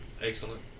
Excellent